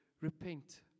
repent